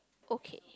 okay